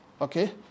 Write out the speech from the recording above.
Okay